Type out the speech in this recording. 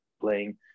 playing